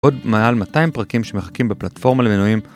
עוד מעל 200 פרקים שמחכים בפלטפורמה למינויים